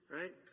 Right